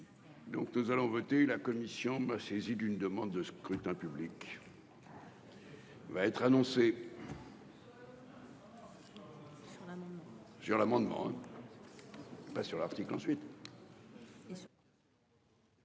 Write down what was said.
Donc nous allons voter la commission m'a saisi d'une demande de scrutin public. Va être annoncé. Sur l'amendement. Pas sur l'article ensuite.